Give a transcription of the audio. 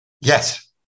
Yes